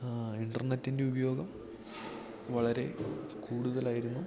ആ ഇന്റര്നെറ്റിന്റെ ഉപയോഗം വളരെ കൂടുതലായിരുന്നു